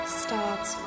starts